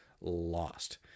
lost